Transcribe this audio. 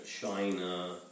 China